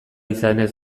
izanez